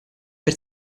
per